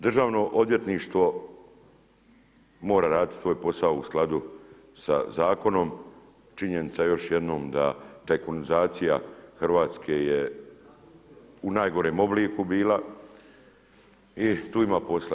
Državno odvjetništvo mora raditi svoj posao u skladu sa zakonom, činjenica je još jednom da tajkunizacija Hrvatske je u najgorem obliku bila i tu ima posla.